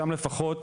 שם לפחות,